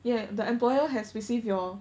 ya the employer has received your